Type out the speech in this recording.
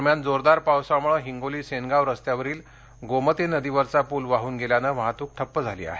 दरम्यान जोरदार पावसामुळं हिंगोली सेनगाव रस्त्यावरील गोमती नदीवरचा पूल वाहून गेल्यानं वाहतूक ठप्प झाली आहे